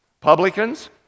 publicans